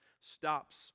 stops